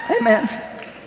Amen